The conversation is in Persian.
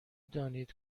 دانید